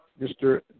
Mr